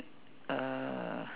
uhh